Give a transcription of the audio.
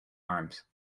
arms